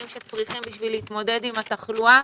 שצריך לקיים כדי להתמודד עם התחלואה.